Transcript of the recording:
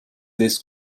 this